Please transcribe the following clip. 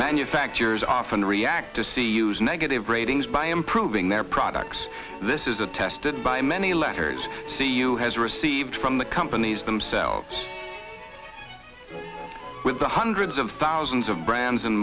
manufacturers often react to see use negative ratings by improving their products this is attested by many letters see you has received from the companies themselves with the hundreds of thousands of brands and